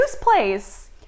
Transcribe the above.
place